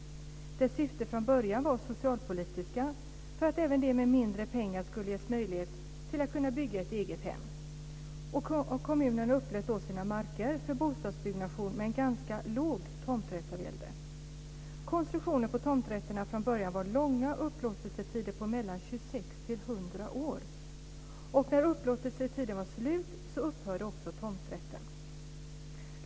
Dess syfte från början var socialpolitiskt, för att även de med mindre pengar skulle ges möjlighet att bygga ett eget hem. Kommunerna upplät då sina marker för bostadsbyggnation med en ganska låg tomträttsavgäld. Konstruktionen på tomträtterna från början var långa upplåtelsetider, på mellan 26 och 100 år, och när upplåtelsetiden var slut upphörde också tomträtten.